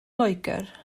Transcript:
loegr